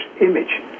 image